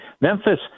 Memphis